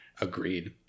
agreed